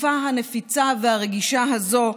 בתקופה הנפיצה והרגישה הזו,